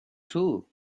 too